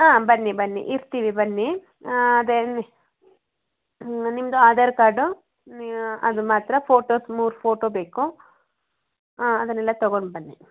ಹಾಂ ಬನ್ನಿ ಬನ್ನಿ ಇರ್ತೀವಿ ಬನ್ನಿ ಅದೇ ಅನ್ನಿ ನಿಮ್ಮದು ಆಧಾರ್ ಕಾರ್ಡು ಅದು ಮಾತ್ರ ಫೋಟೋಸ್ ಮೂರು ಫೋಟೋ ಬೇಕು ಹಾಂ ಅದನ್ನೆಲ್ಲ ತಗೊಂಡು ಬನ್ನಿ